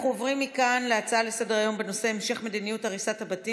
אנחנו עוברים מכאן להצעה לסדר-היום בנושא: המשך מדיניות הריסת הבתים